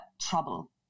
trouble